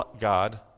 God